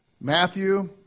Matthew